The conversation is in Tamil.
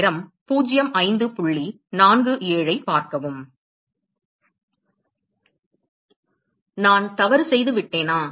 நான் தவறு செய்துவிட்டேனா